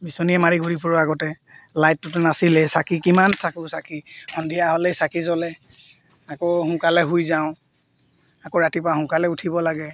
বিচনীয়ে মাৰি ঘূৰি ফোৰো আগতে লাইটটোতো নাছিলে চাকি কিমান থাকোঁ চাকি সন্ধিয়া হ'লেই চাকি জ্বলে আকৌ সোনকালে শুই যাওঁ আকৌ ৰাতিপুৱা সোনকালে উঠিব লাগে